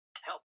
Help